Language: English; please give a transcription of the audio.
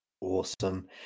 Awesome